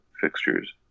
fixtures